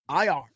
IR